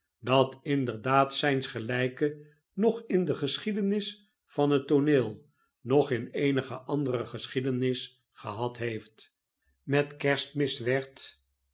dat inderdaad zijns gelijken noch in de geschiedenis van het tooneel noch in eenige andere geschiedenis gehad heeft met kerstmis werd